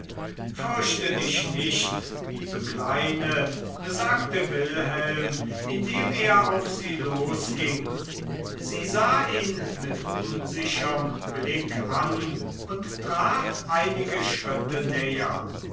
fürchte dich nicht liebe kleine sagte wilhelm indem er auf sie losging sie sah ihn mit unsicherm blick an und trat einige schritte näher